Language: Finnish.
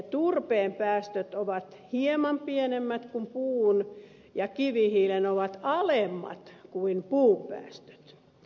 turpeen päästöt ovat hieman pienemmät kuin puun ja kivihiilen ovat alemmat kuin puupäästöt